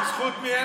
בזכות מי אין להם?